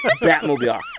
batmobile